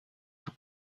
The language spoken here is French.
tout